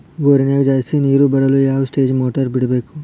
ಬೋರಿನ್ಯಾಗ ಜಾಸ್ತಿ ನೇರು ಬರಲು ಯಾವ ಸ್ಟೇಜ್ ಮೋಟಾರ್ ಬಿಡಬೇಕು?